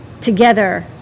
together